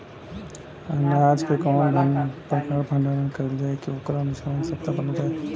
अनाज क कवने प्रकार भण्डारण कइल जाय कि वोकर अंकुरण क्षमता बनल रहे?